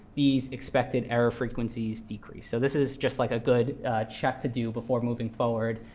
these expected error frequencies decrease. so this is just like a good check to do before moving forward.